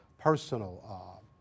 personal